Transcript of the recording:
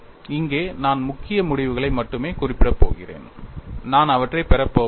இங்கே நான் முக்கிய முடிவுகளை மட்டுமே குறிப்பிடப் போகிறேன் நான் அவற்றைப் பெறப்போவதில்லை